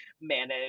manage